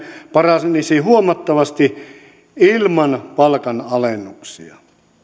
paranisi huomattavasti ilman palkanalennuksia